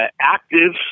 active